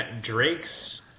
Drake's